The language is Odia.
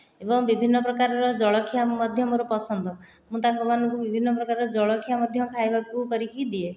ଏବଂ ବିଭିନ୍ନ ପ୍ରକାରର ଜଳଖିଆ ମଧ୍ୟ ମୋର ପସନ୍ଦ ମୁଁ ତାଙ୍କମାନଙ୍କୁ ବିଭିନ୍ନ ପ୍ରକାରର ଜଳଖିଆ ମଧ୍ୟ ଖାଇବାକୁ କରିକି ଦିଏ